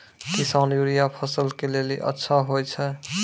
किसान यूरिया फसल के लेली अच्छा होय छै?